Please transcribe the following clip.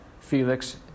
Felix